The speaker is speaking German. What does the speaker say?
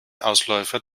ausläufer